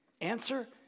Answer